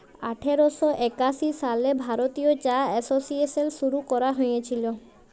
আঠার শ একাশি সালে ভারতীয় চা এসোসিয়েশল শুরু ক্যরা হঁইয়েছিল